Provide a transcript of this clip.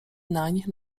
nań